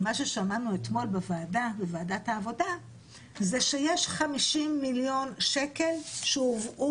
מה ששמענו אתמול בוועדת העבודה זה שיש 50 מיליון שקל שהובאו